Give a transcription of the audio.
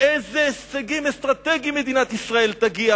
לאילו הישגים אסטרטגיים מדינת ישראל תגיע,